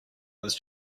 was